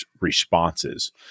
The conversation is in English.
responses